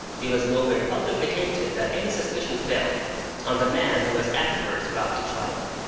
it was nowhere publicly hinted that any suspicion fell on the man who was afterwards brought to trial.